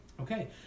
Okay